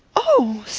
oh!